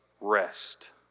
rest